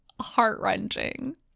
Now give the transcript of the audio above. heart-wrenching